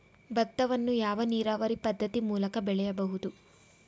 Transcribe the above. ಭತ್ತವನ್ನು ಯಾವ ನೀರಾವರಿ ಪದ್ಧತಿ ಮೂಲಕ ಬೆಳೆಯಬಹುದು?